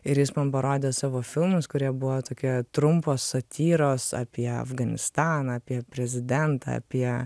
ir jis man parodė savo filmus kurie buvo tokie trumpos satyros apie afganistaną apie prezidentą apie